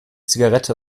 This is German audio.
zigarette